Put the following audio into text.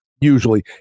usually